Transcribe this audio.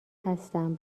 هستم